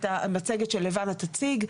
למצגת שלבנה תציג.